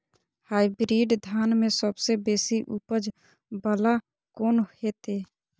Hybrid धान में सबसे बेसी उपज बाला कोन हेते?